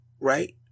right